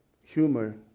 humor